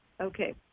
Okay